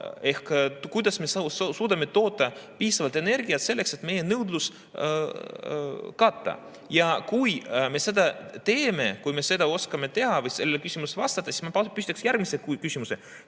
kuidas me suudame toota piisavalt energiat selleks, et meie nõudlus katta. Ja kui me seda teeme, kui me seda oskame teha ja sellele küsimusele vastata, siis ma püstitaksin järgmise küsimuse: